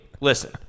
listen